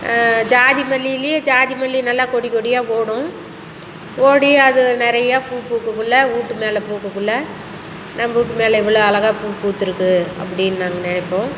ஜாதி மல்லிலையும் ஜாதிமல்லி நல்லா கொடி கொடியாக ஓடும் ஓடி அது நிறையா பூ பூக்கக்குள்ளே வீட்டு மேலே பூக்கக்குள்ளே நம்ம வீட்டு மேலே இவ்வளோ அழகாக பூ பூத்து இருக்கு அப்படின்னு நாங்கள் நினைப்போம்